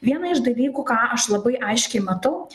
vieną iš dalykų ką aš labai aiškiai matau